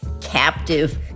captive